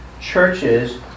churches